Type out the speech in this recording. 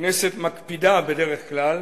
הכנסת מקפידה בדרך כלל